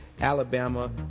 Alabama